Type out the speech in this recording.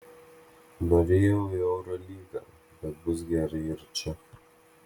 norėjau į eurolygą bet bus gerai ir čia